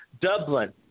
Dublin